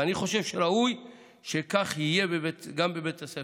ואני חושב שראוי שכך יהיה גם בבית הספר.